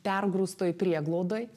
pergrūstoj prieglaudoj